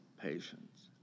patience